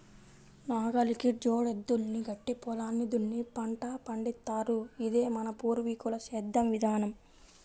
నాగలికి జోడెద్దుల్ని కట్టి పొలాన్ని దున్ని పంట పండిత్తారు, ఇదే మన పూర్వీకుల సేద్దెం విధానం